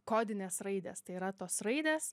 kodinės raidės tai yra tos raidės